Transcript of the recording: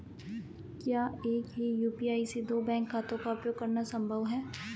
क्या एक ही यू.पी.आई से दो बैंक खातों का उपयोग करना संभव है?